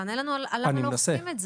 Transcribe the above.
תענה לנו למה לא אוכפים את זה.